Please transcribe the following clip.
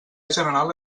general